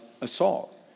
assault